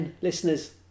listeners